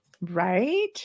Right